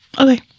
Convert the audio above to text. Okay